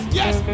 yes